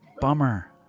bummer